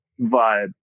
vibe